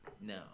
No